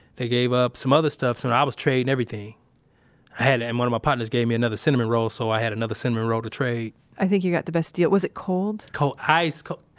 they gave up some other stuff, so i was trading everything. i had, and one of my partners gave me another cinnamon roll, so i had another cinnamon roll to trade i think you got the best deal. was it cold? cold. ice cold.